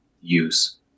use